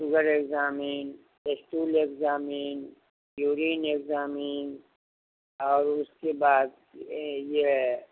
sugar examine stool examine urine examine اور اس کے بعد یہ